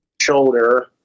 Shoulder